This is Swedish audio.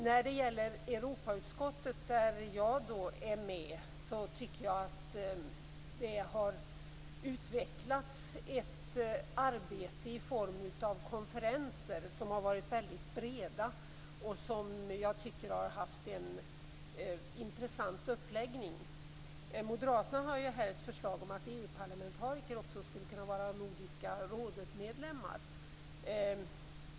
När det gäller Europautskottet, där jag är med, har det utvecklats ett arbete i form av väldigt breda konferenser som haft en intressant uppläggning. Moderaterna har här lagt fram ett förslag om att EU parlamentariker också skulle kunna vara ledamöter i Nordiska rådet.